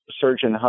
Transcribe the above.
surgeon